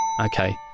Okay